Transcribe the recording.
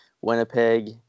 Winnipeg